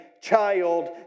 child